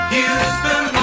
Houston